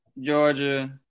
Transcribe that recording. Georgia